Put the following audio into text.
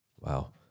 wow